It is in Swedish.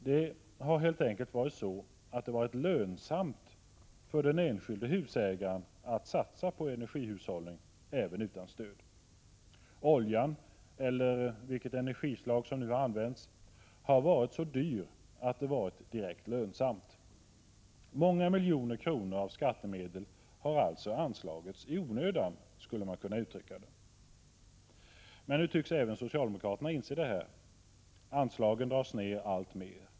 Det har helt enkelt varit så att det varit lönsamt för den enskilde husägaren att satsa på energihushållning även utan stöd. Oljan, eller vilket energislag som nu har använts, har varit så dyr att det varit direkt lönsamt. Många miljoner kronor av skattemedel har alltså anslagits i onödan, skulle man kunna uttrycka det. Nu tycks även socialdemokraterna inse detta. Anslagen dras ner alltmer.